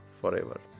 forever